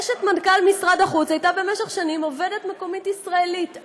אשת מנכ"ל משרד החוץ הייתה במשך שנים עובדת מקומית ישראלית,